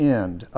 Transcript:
end